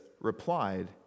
replied